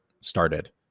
started